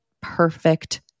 perfect